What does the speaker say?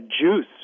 juice